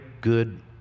good